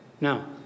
Now